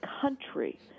country